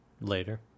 later